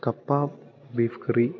കപ്പ ബീഫ് കറി